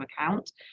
account